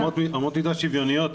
אמות מידה שוויוניות,